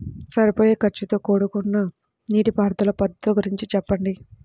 సరిపోయే ఖర్చుతో కూడుకున్న నీటిపారుదల పద్ధతుల గురించి చెప్పండి?